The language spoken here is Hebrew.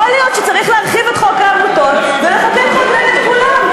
יכול להיות שצריך להרחיב את חוק העמותות ולחוקק חוק נגד כולם,